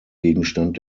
gegenstand